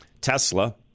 Tesla